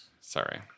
Sorry